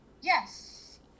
yes